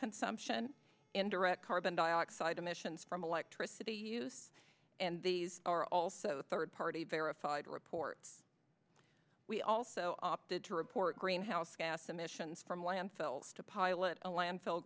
consumption indirect carbon dioxide emissions from electricity use and these are also third party verified reports we also opted to report greenhouse gas emissions from landfills to pilot a landfill